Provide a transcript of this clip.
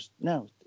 no